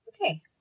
Okay